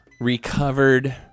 recovered